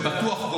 ובטוח,